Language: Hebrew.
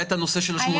היה את הנושא של 80%,